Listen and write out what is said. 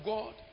God